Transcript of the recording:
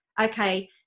okay